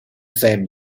same